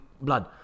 blood